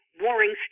warring